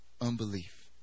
unbelief